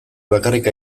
bakarrik